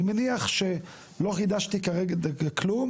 אני מניח שלא חידשתי כלום,